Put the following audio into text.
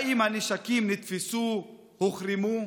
4. האם הנשקים נתפסו, הוחרמו?